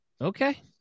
Okay